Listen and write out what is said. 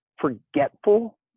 forgetful